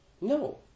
No